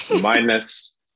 minus